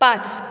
पांच